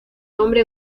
nombre